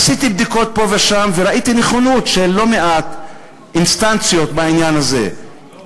עשיתי בדיקות פה ושם וראיתי נכונות של לא מעט אינסטנציות בעניין הזה,